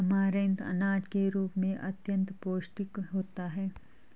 amaranth अनाज के रूप में अत्यंत पौष्टिक होता है